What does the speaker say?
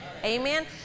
Amen